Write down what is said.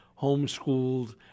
homeschooled